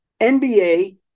NBA